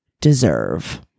deserve